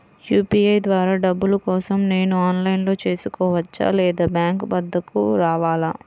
UPI ద్వారా డబ్బులు కోసం నేను ఆన్లైన్లో చేసుకోవచ్చా? లేదా బ్యాంక్ వద్దకు రావాలా?